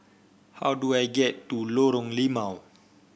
how do I get to Lorong Limau